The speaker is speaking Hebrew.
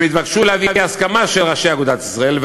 הם התבקשו להביא הסכמה של ראשי אגודת ישראל,